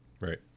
Right